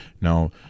Now